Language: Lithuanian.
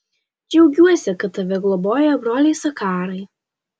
džiaugiuosi kad tave globoja broliai zakarai